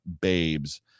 Babes